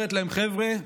אומרים להם: חבר'ה,